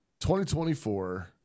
2024